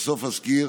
בסוף, אזכיר